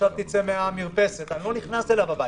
עכשיו תצא מהמרפסת אני לא נכנס אליו הביתה.